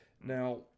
Now